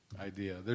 idea